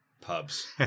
pubs